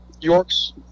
York's